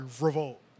Revolt